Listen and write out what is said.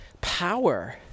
power